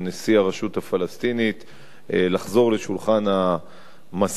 הרשות הפלסטינית לחזור לשולחן המשא-ומתן,